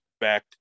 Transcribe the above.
back